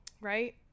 Right